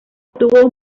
obtuvo